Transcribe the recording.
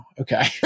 Okay